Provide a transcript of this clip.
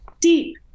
deep